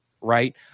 right